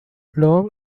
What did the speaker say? long